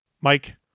Mike